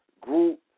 group